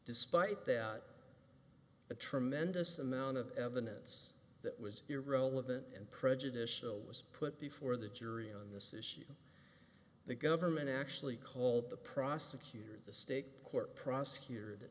despite that a tremendous amount of evidence that was irrelevant and prejudicial was put before the jury on this issue the government actually called the prosecutor's the state court pro